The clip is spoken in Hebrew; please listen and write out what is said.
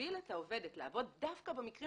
שלהגביל את העובדת לעבוד דווקא במקרים